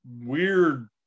weird